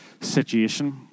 situation